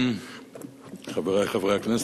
עברה בקריאה הטרומית,